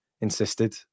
insisted